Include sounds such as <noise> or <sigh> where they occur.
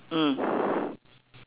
mm <breath>